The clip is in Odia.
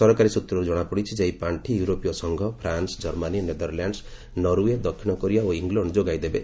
ସରକାରୀ ସୂତ୍ରରୁ ଜଣାପଡ଼ିଛି ଯେ ଏହି ପାଣ୍ଠି ୟୁରୋପୀୟ ସଂଘ ଫ୍ରାନ୍ସ ଜର୍ମାନୀ ନେଦରଲ୍ୟାଣ୍ଡ ନରୱେ ଦକ୍ଷିଣ କୋରିଆ ଓ ଇଂଲଣ୍ଡ ଯୋଗାଇଦେବେ